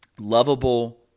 lovable